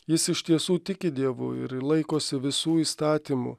jis iš tiesų tiki dievu ir laikosi visų įstatymų